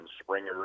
Springer